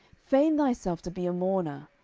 feign thyself to be a mourner,